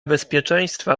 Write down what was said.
bezpieczeństwa